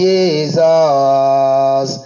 Jesus